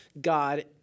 God